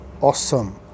awesome